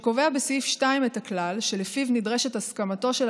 שקובע בסעיף 2 את הכלל שלפיו נדרשת הסכמתו של